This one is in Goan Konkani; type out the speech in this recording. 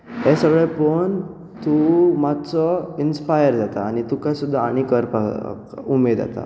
हें सगळें पळोवन तूं मात्सो इंस्पायर जाता आनी तुका सुद्दा आनीक करपाक उमेद येता